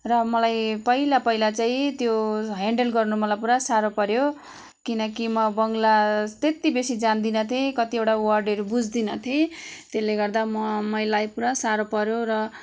तर मलाई पहिला पहिला चाहिँ त्यो हेन्डल गर्नु मलाई पुरा साह्रो पर्यो किनकि म बङ्गला त्यति बेसी जान्दिनँ थिएँ कतिवटा वर्डहरू बुझदिनँ थिएँ त्यसले गर्दा म मलाई पुरा सारो पऱ्यो र